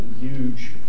huge